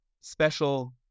special